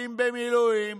משרתים במילואים,